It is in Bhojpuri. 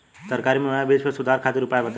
सरकारी मुहैया बीज में सुधार खातिर उपाय बताई?